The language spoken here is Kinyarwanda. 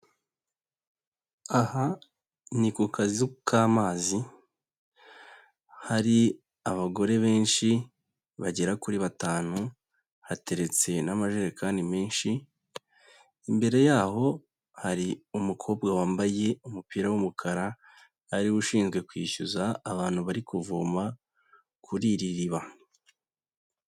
Aha ni ku kazu k'amazi, hari abagore benshi bagera kuri batanu, hateretse n'amajerekani menshi, imbere yaho hari umukobwa wambaye umupira w'umukara ari we ushinzwe kwishyuza abantu bari kuvoma kuri iri riba.